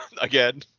again